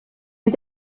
wie